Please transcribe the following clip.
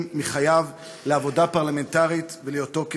מחייו לעבודה פרלמנטרית ולהיותו מחוקק.